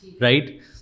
right